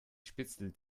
spitzel